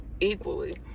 equally